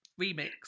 Remix